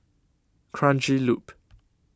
Kranji Loop